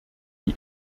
die